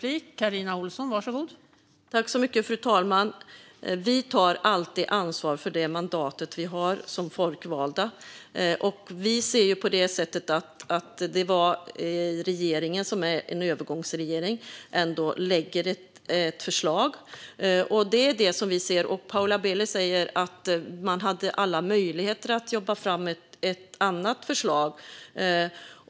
Fru talman! Vi tar alltid ansvar för det mandat som vi har som folkvalda. Vi ser det på detta sätt: Regeringen, som är en övergångsregering, lägger fram ett förslag. Paula Bieler sa att man hade alla möjligheter att jobba fram ett annat förslag.